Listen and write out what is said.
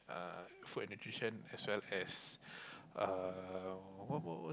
uh food and nutrition as well as uh what what what's that